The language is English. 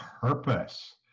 Purpose